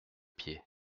pieds